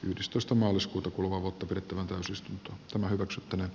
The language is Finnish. yhdestoista maaliskuuta kuluvaa vuotta pidettävä toisista samna hyväksyttynä